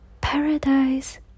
Paradise